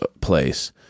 place